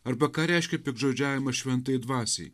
arba ką reiškia piktžodžiavimas šventajai dvasiai